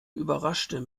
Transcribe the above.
überrascht